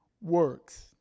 works